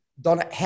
donna